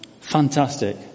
Fantastic